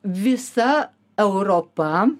visa europa